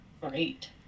Great